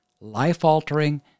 life-altering